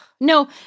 No